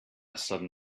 sudden